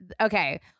Okay